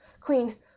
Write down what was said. Queen